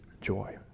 joy